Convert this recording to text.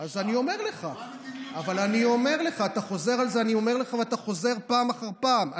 אני אומר לך ואתה חוזר פעם אחר פעם.